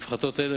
ההפחתות האלה,